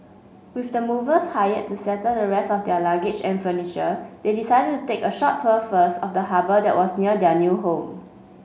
with the movers hired to settle the rest of their luggage and furniture they decided to take a short tour first of the harbour that was near their new home